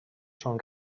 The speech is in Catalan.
són